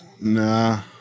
Nah